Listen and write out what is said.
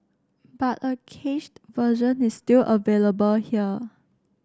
but a cached version is still available here